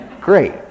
great